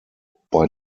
bei